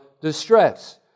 distress